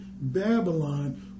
Babylon